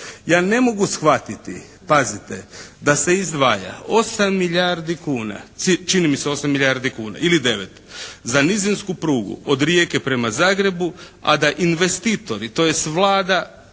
Ja ne mogu shvatiti pazite, da se izdvaja 8 milijardi kuna, ili 9, za Nizozemsku prugu od Rijeke prema Zagrebu, a da investitori odnosno Vlada